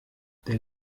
der